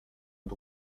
und